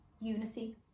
unity